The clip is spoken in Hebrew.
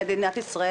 במדינת ישראל,